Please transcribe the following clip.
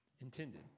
intended